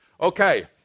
Okay